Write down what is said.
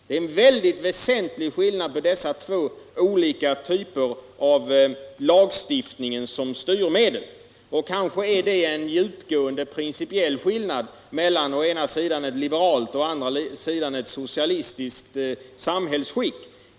Det är en väsentlig skillnad mellan dessa två typer av lagstiftning som styrmedel. Kanske är det en djupgående principiell skillnad mellan å ena sidan ett liberalt och å andra sidan ett socialistiskt samhällsskikt.